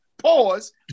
pause